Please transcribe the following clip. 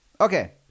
Okay